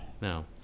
no